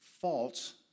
false